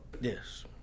yes